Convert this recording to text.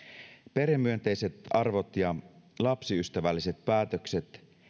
perhemyönteiset arvot ja lapsiystävälliset päätökset